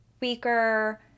weaker